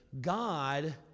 God